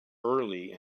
early